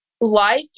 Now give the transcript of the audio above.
life